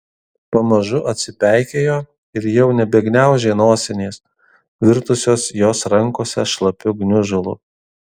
pamažu atsipeikėjo ir jau nebegniaužė nosinės virtusios jos rankose šlapiu gniužulu